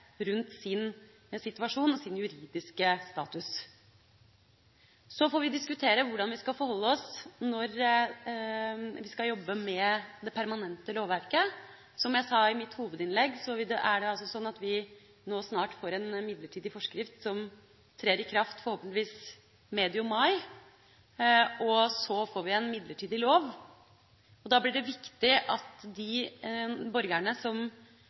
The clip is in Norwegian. rundt sin situasjon og sin juridiske status. Så får vi diskutere hvordan vi skal forholde oss når vi skal jobbe med det permantente lovverket. Som jeg sa i mitt hovedinnlegg, er det sånn at vi nå snart får en midlertidig forskrift, som forhåpentligvis trer i kraft medio mai, og så får vi en midlertidig lov. Da blir det viktig at de borgerne som